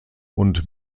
und